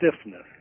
stiffness